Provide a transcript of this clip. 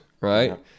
right